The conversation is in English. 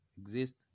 exist